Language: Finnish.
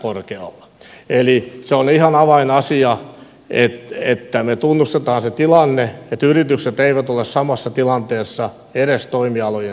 eli se on ihan avainasia että me tunnustamme sen tilanteen että yritykset eivät ole samassa tilanteessa edes toimialojen sisällä